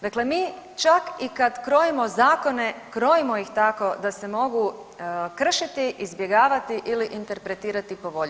Dakle mi čak i kad krojimo zakone, krojimo ih tako da se mogu kršiti, izbjegavati ili interpretirati po volji.